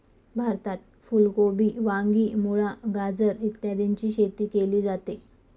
भारतात फुल कोबी, वांगी, मुळा, गाजर इत्यादीची शेती केली जाते